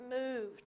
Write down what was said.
moved